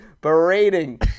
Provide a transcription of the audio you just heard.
berating